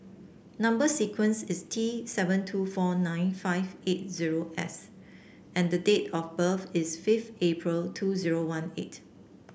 number sequence is T seven two four nine five eight zero S and the date of birth is fifth April two zero one eight